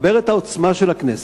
לחבר את העוצמה של הכנסת,